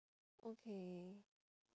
okay